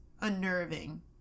unnerving